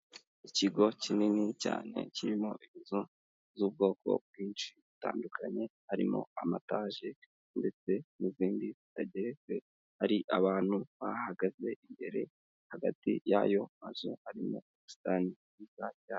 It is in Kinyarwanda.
Ikigo kinini cyane kirimo inzu z'ubwoko bwinshi butandukanye, harimo amataje ndetse n'izindi zitageretse hari abantu bahagaze imbere hagati y'ayo mazu harimo ubusitani bwiza cyane.